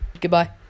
Goodbye